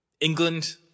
England